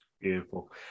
beautiful